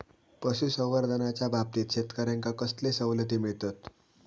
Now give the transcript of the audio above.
पशुसंवर्धनाच्याबाबतीत शेतकऱ्यांका कसले सवलती मिळतत?